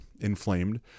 inflamed